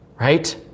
Right